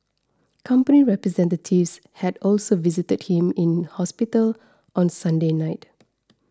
company representatives had also visited him in hospital on Sunday night